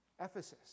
Ephesus